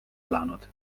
elanud